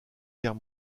guerre